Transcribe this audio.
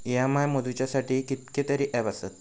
EMI मोजुच्यासाठी कितकेतरी app आसत